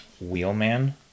wheelman